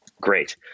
Great